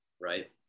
Right